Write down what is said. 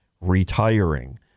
retiring